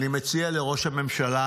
אני מציע לראש הממשלה